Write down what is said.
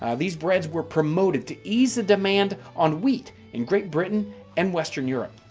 ah these breads were promoted to ease the demand on wheat in great britain and western europe.